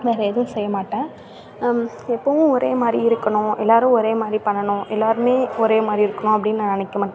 வேற எதும் செய்யமாட்டேன் எப்போவும் ஒரே மாதிரி இருக்கணும் எல்லாரும் ஒரே மாதிரி பண்ணணும் எல்லாருமே ஒரே மாதிரி இருக்கணும் அப்படின்னு நான் நினைக்க மாட்